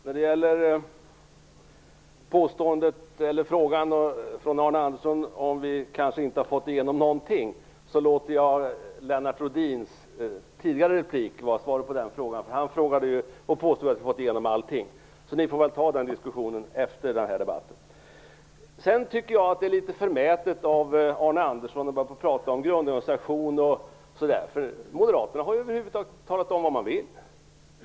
Herr talman! Vad gäller frågan från Arne Andersson om vi i Centern kanske inte har fått igenom någonting låter jag Lennart Rohdins tidigare replik vara svar på den frågan. Han påstod att vi har fått igenom allting. Ni kan ju ta den diskussionen efter den här debatten. Sedan tycker jag att det är litet förmätet av Arne Andersson att börja tala om att börja på att tala om grundorganisation och annat. Moderaterna har över huvud taget inte talat om vad de vill.